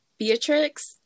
Beatrix